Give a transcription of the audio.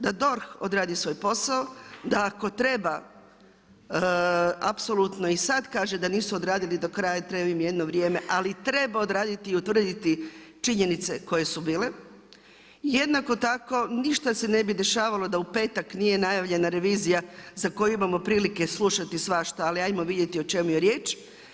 Da DORH odradi svoj posao, da ako treba apsolutno i sad kaže da nisu odradili do kraja, treba im jedno vrijeme ali treba raditi i utvrditi činjenice koje su bile, jednako tako ništa se ne bi dešavalo da u petak nije najavljena revizija za koju imamo prilike slušati svašta, ali ajmo vidjeti o čemu je riječ.